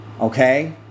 Okay